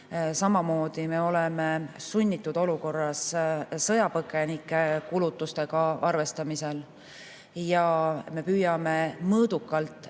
Samamoodi me oleme sunnitud olukorras sõjapõgenike kulutustega arvestamisel ja me püüame mõõdukalt